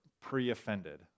pre-offended